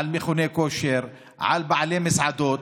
על מכוני כושר, על בעלי מסעדות.